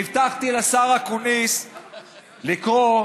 הבטחתי לשר אקוניס לקרוא,